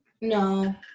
No